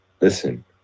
listen